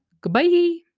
Goodbye